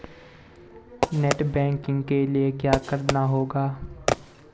Net banking के लिए क्या करना होगा?